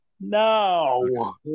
No